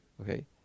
Okay